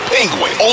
Penguin